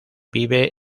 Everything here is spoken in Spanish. vive